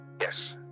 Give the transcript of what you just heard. Yes